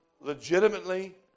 legitimately